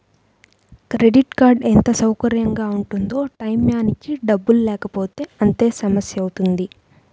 credit card ఎంత సౌకర్యంగా ఉంటుందో టైయ్యానికి డబ్బుల్లేకపోతే అంతే సమస్యవుతుంది